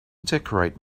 decorate